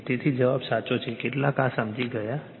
તેથી જવાબો સાચા છે કેટલાક આ સમજી ગયા છે